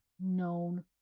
known